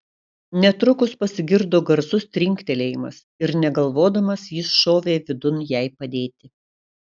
netrukus pasigirdo garsus trinktelėjimas ir negalvodamas jis šovė vidun jai padėti